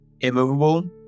immovable